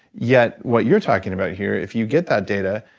yet, what you're talking about here, if you get that data,